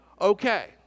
okay